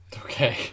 okay